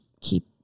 keep